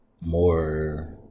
more